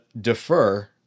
defer